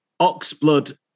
oxblood